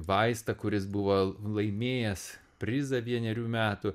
vaistą kuris buvo laimėjęs prizą vienerių metų